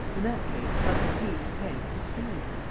in that case, how could he, lupin, succeed?